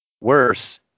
Worse